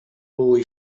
boy